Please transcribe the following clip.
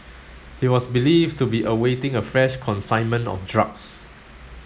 he was believed to be awaiting a fresh consignment of drugs